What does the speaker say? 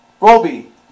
Roby